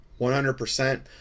100%